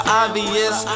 obvious